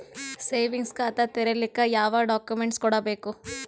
Savings ಖಾತಾ ತೇರಿಲಿಕ ಯಾವ ಡಾಕ್ಯುಮೆಂಟ್ ಕೊಡಬೇಕು?